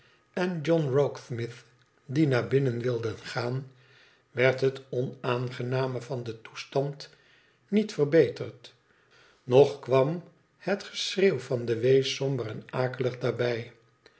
en john rokesmith die naar bmnen wilden gaan werd het onaangename van den toestand niet verbeterd nog kwam het ge schreeuw van den wees somber en akelig daarbij